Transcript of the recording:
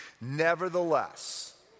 Nevertheless